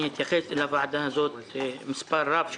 האם הוא הוקם?